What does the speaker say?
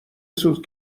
سوت